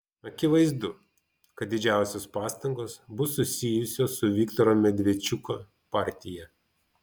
akivaizdu kad didžiausios pastangos bus susijusios su viktoro medvedčiuko partija